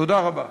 תודה רבה.